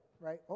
right